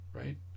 Right